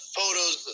photos